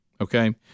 Okay